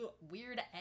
weird